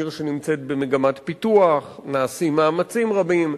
עיר שנמצאת במגמת פיתוח, נעשים מאמצים רבים,